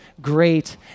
great